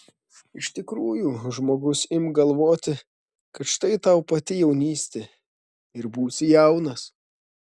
iš tikrųjų žmogus imk galvoti kad štai tau pati jaunystė ir būsi jaunas